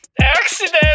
Accident